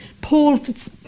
Paul's